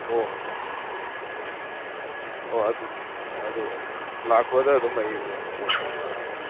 ꯑꯣ ꯍꯣ ꯍꯣꯏ ꯑꯣ ꯑꯗꯨ ꯑꯗꯨ ꯂꯥꯛꯄꯗ ꯑꯗꯨꯝ ꯑꯩ ꯀꯣꯜ ꯇꯧꯖꯔꯛꯑꯒꯦ